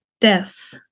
death